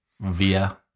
Via